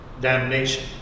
Damnation